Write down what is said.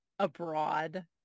abroad